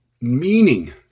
meaning